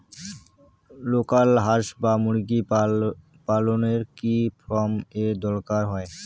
Local হাস বা মুরগি পালনে কি ফার্ম এর দরকার হয়?